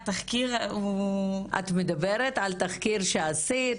התחקיר הוא --- את מדברת על תחקיר שעשית,